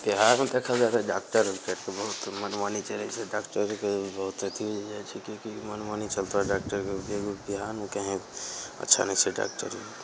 बिहारमे देखल जाए तऽ डॉकटरके तऽ बहुत मनमानी चलै छै डॉकटरके बहुत अथी हो जाइ छै कि कि मनमानी चलतऽ डॉकटरके बे बिहारमे कहीँ अच्छा नहि छै डॉकटर